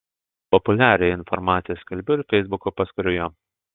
populiariąją informaciją skelbiu ir feisbuko paskyroje